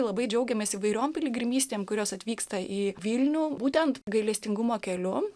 labai džiaugiamės įvairiom piligrimystėm kurios atvyksta į vilnių būtent gailestingumo keliu